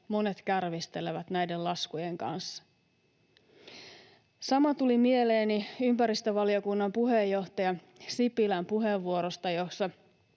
monet kärvistelevät näiden laskujen kanssa. Sama tuli mieleeni ympäristövaliokunnan puheenjohtaja Sipilän puheenvuorosta, jossa